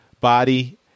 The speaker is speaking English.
body